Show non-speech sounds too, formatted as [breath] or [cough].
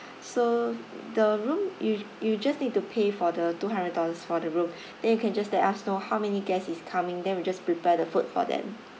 so the room you you just need to pay for the two hundred dollars for the room [breath] then you can just let us know how many guest is coming then we just prepare the food for them